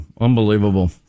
unbelievable